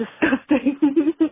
disgusting